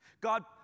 God